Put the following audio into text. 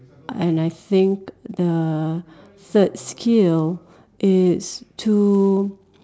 and I think uh third skill is to